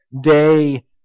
day